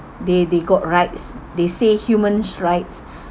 they they got rights they say humans rights